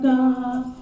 God